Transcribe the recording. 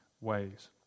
ways